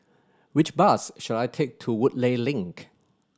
which bus should I take to Woodleigh Link